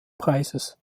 preises